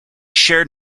shared